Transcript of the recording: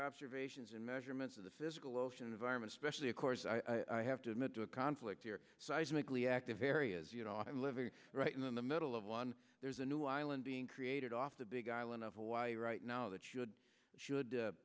observations and measurements of the physical ocean environment especially of course i have to admit to a conflict here so i just make lee active areas you know i'm living right in the middle of one there's a new island being created off the big island of hawaii right now that should should